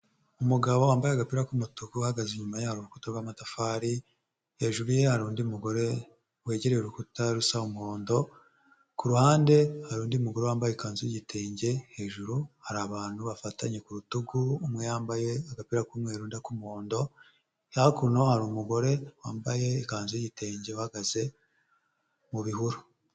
Umugabo wambaye agapira k'umutuku ahahagaze inyuma y'urukuta rw'amatafari, hejuru ye hari undi mugore wegereye urukuta rusa umuhondo, ku ruhande hari undi mugore wambaye ikanzu y'igitenge ,hejuru hari abantu bafatanye ku rutugu umwe yambaye agapira k'umweru, undi ak'umuhondo, hakuno hari umugore wambaye ikanzu y'igitenge uhagaze mu bihuru.